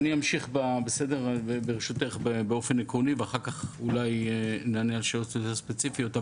אני אמשיך באופן עקרוני ואחר כך אולי נענה על שאלות יותר ספציפיות.